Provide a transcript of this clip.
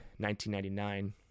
1999